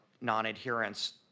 non-adherence